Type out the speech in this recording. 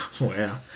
Wow